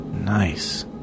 Nice